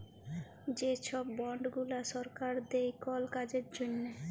যে ছব বল্ড গুলা সরকার দেই কল কাজের জ্যনহে